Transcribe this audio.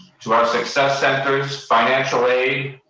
to our success centers, financial aid,